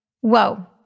Whoa